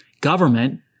Government